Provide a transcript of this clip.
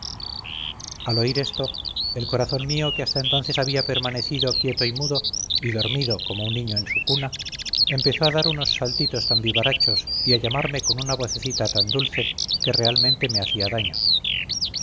al oír esto el corazón mío que hasta entonces había permanecido quieto y mudo y dormido como un niño en su cuna empezó a dar unos saltitos tan vivarachos y a llamarme con una vocecita tan dulce que realmente me hacía daño